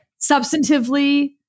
Substantively